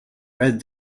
read